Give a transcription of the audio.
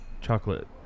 chocolate